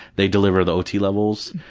they deliver the ot levels,